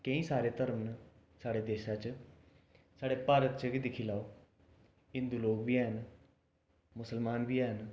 केईं सारे धर्म न साढ़े देशा च साढ़े भारत च गै दिक्खी लैओ हिंदू लोग बी ऐन मुसलमान बी हैन